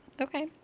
Okay